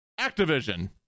Activision